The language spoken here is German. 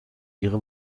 ihre